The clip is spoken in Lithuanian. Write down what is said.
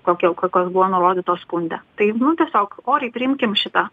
kokia kokios buvo nurodytos skunde tai tiesiog oriai priimkim šitą